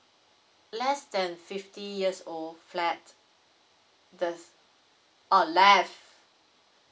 less than fifty years old flat does oh left